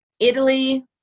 Italy